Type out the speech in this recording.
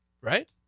right